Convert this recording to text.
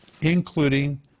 including